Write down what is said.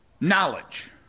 knowledge